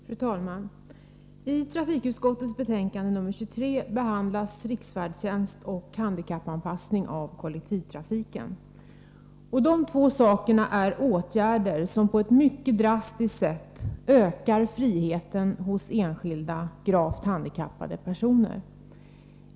Fru talman! I trafikutskottets betänkande 23 behandlas riksfärdtjänst och handikappanpassning av kollektivtrafiken. Det gäller åtgärder som på ett mycket drastiskt sätt ökar friheten för enskilda gravt handikappade personer.